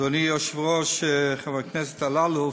אדוני היושב-ראש, חבר הכנסת אלאלוף,